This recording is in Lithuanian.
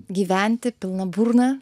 gyventi pilna burna